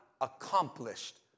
accomplished